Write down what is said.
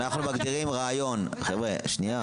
יש לנו עוד כמה דברים קטנים שאנחנו צריכים לחזור אליהם.